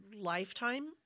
lifetime